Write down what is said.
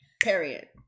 Period